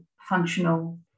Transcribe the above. functional